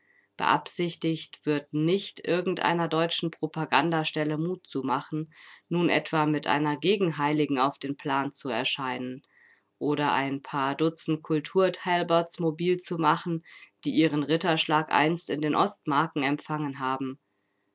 beabsichtigt wird nicht irgendeiner deutschen propagandastelle mut zu machen nun etwa mit einer gegenheiligen auf dem plan zu erscheinen oder ein paar dutzend kultur-talbots mobil zu machen die ihren ritterschlag einst in den ostmarken empfangen haben